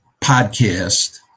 podcast